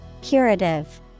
Curative